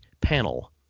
panel